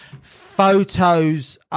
Photos